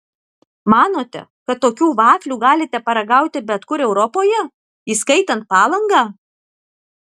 manote kad tokių vaflių galite paragauti bet kur europoje įskaitant palangą